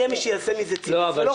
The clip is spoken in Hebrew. יהיה מי שיעשה מזה --- אני לא רוצה.